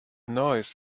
noise